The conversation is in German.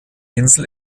insel